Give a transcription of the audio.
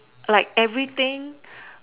like everything